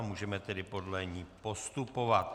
Můžeme tedy podle ní postupovat.